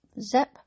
zip